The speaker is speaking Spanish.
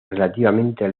relativamente